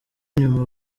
nyuma